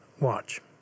Watch